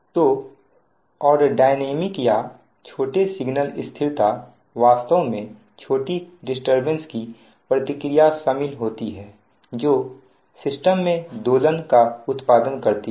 तो और डायनामिक या छोटे सिग्नल स्थिरता वास्तव में छोटी डिस्टरबेंस की प्रतिक्रिया शामिल होती है जो सिस्टम में दोलनों का उत्पादन करती है